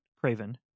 craven